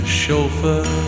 chauffeur